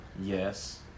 Yes